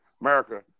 America